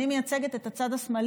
אני מייצגת את הצד השמאלי,